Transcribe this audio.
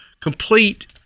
complete